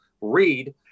read